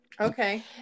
okay